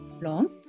long